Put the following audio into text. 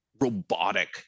robotic